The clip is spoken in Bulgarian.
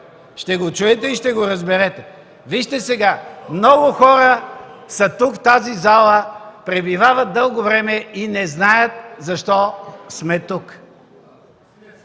Ще го чуете и ще го разберете. Вижте сега, много хора са тук, в тази зала, пребивават дълго време и не знаят защо сме тук.